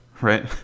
right